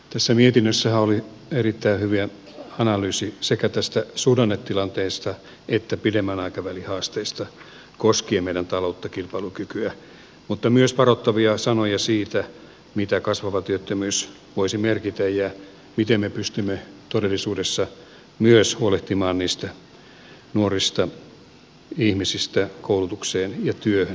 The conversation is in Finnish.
tässä mietinnössähän oli erittäin hyvä analyysi sekä tästä suhdannetilanteesta että pidemmän aikavälin haasteista koskien meidän taloutta kilpailukykyä mutta myös varoittavia sanoja siitä mitä kasvava työttömyys voisi merkitä ja miten me pystymme todellisuudessa myös huolehtimaan nuoria ihmisiä koulutukseen ja työhön